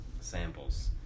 Samples